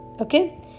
Okay